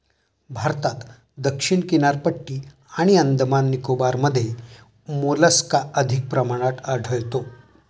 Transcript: भारतात दक्षिण किनारपट्टी आणि अंदमान निकोबारमध्ये मोलस्का अधिक प्रमाणात आढळतो